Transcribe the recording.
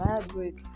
fabric